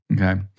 okay